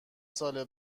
سال